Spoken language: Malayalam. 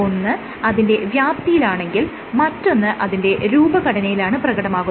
ഒന്ന് അതിന്റെ വ്യാപ്തിയിലാണെങ്കിൽ മറ്റൊന്ന് അതിന്റെ രൂപഘടനയിലാണ് പ്രകടമാകുന്നത്